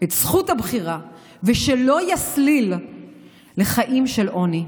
את זכות הבחירה ולא יסליל אותם לחיים של עוני.